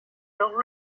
leur